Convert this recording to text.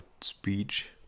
speech